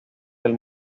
del